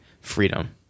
freedom